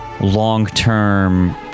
long-term